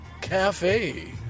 cafe